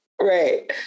Right